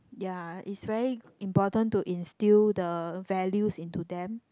ya is very important to instill the values in to them